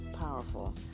powerful